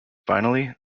finally